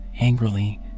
angrily